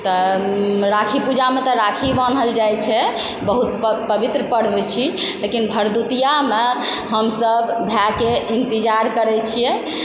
तऽ राखी पूजामे तऽ राखी बान्हल जाइ छै बहुत पवित्र पर्व होइ छी लेकिन भरदुतियामे हम सब भायकेँ इन्तजार करै छियै